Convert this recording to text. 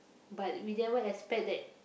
but we never expect that